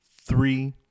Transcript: three